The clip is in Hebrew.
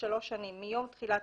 בבקשה גברתי.